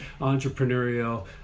entrepreneurial